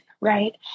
right